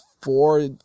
four